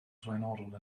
flaenorol